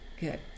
Good